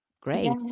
Great